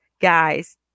guys